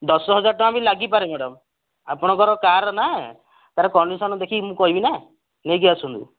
ଦଶ ହଜାର ଟଙ୍କା ବି ଲାଗି ପାରେ ମ୍ୟାଡ଼ାମ୍ ଆପଣଙ୍କର କାର୍ ନା ତାର କଣ୍ଡିସନ୍ ଦେଖିକି ମୁଁ କହିବି ନା ନେଇକି ଆସନ୍ତୁ